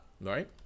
Right